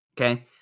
Okay